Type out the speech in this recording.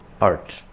art